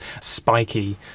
spiky